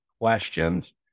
questions